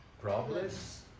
Problems